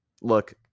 look